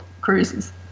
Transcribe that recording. cruises